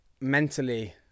mentally